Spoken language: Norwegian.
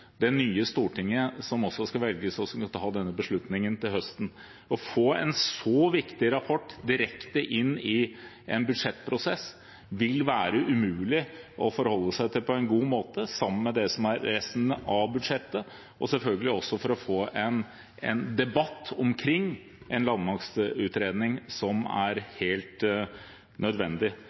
det nye stortinget som skal velges, og som skal ta denne beslutningen til høsten. Å få en så viktig rapport direkte inn i en budsjettprosess, sammen med det som er resten av budsjettet, vil være umulig å forholde seg til på en god måte, og selvfølgelig også med hensyn til å få en debatt omkring en landmaktutredning som er helt nødvendig.